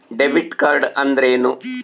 Debit card ಅಂದ್ರೇನು?